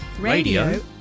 radio